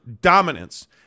dominance